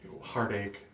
heartache